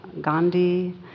Gandhi